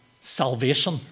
salvation